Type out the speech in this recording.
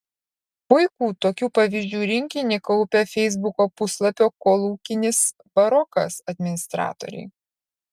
puikų tokių pavyzdžių rinkinį kaupia feisbuko puslapio kolūkinis barokas administratoriai